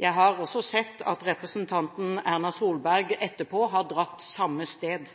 Jeg har også sett at representanten Erna Solberg etterpå har dratt samme sted.